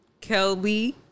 Kelby